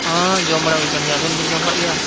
ᱦᱮᱸ ᱡᱚᱢ ᱵᱟᱲᱟ ᱦᱩᱭ ᱠᱟᱱ ᱜᱮᱭᱟ ᱟᱵᱮᱱ ᱵᱮᱱ ᱡᱚᱢ ᱟᱠᱟᱫ ᱜᱮᱭᱟ